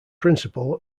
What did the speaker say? principal